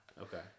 Okay